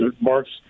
marks